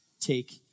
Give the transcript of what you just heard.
Take